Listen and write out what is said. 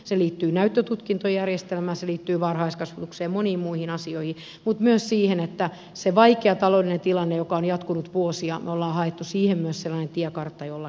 se liittyy näyttötutkintojärjestelmään se liittyy varhaiskasvatukseen ja moniin muihin asioihin mutta myös siihen että siihen vaikeaan taloudelliseen tilanteeseen joka on jatkunut vuosia me olemme hakeneet myös sellaisen tiekartan jolla kestettäisiin